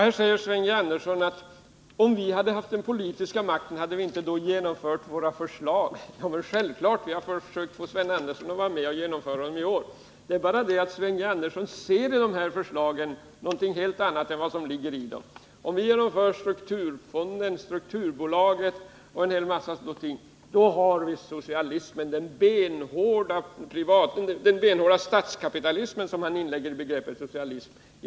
Fru talman! Sven G. Andersson frågar om vi inte hade genomfört våra förslag om vi hade haft den politiska makten. Jo självklart — vi har försökt få honom att vara med och genomföra dem i år. Men Sven G. Andersson ser i dessa förslag något helt annat än vad som ligger i dem. Han anser att om vi genomför strukturfonden, strukturbolaget och annat sådant har vi här i landet fått den benhårda statskapitalism som han lägger in i begreppet socialism.